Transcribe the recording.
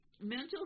Mental